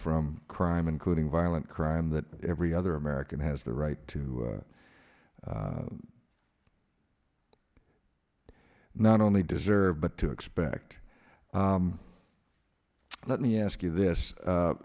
from crime including violent crime that every other american has the right to not only deserve but to expect let me ask you this